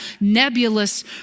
nebulous